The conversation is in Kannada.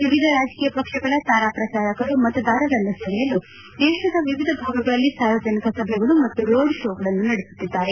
ವಿವಿಧ ರಾಜಕೀಯ ಪಕ್ಷಗಳ ತಾರಾ ಪ್ರಚಾರಕರು ಮತದಾರರನ್ನು ಸೆಳೆಯಲು ದೇಶದ ವಿವಿಧ ಭಾಗಗಳಲ್ಲಿ ಸಾರ್ವಜನಿಕ ಸಭೆಗಳು ಮತ್ತು ರೋಡ್ ಶೋಗಳನ್ನು ನಡೆಸುತ್ತಿದ್ದಾರೆ